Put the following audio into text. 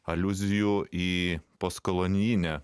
aliuzijų į postkolonijinę